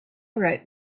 wrote